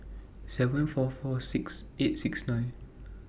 seven four four six eight six nine